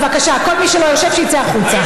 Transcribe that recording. בבקשה, כל מי שלא יושב שיצא החוצה.